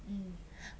mmhmm